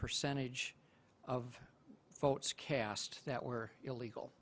percentage of votes cast that were illegal